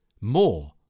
more